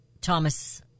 Thomas